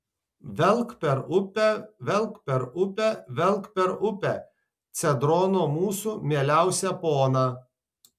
velk per upę velk per upę velk per upę cedrono mūsų mieliausią poną